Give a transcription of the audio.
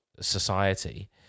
society